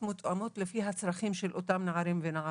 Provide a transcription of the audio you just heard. מותאמות לפי הצרכים של אותם נערים ונערות.